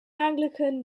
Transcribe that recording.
anglican